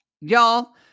y'all